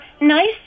nice